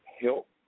help